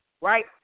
right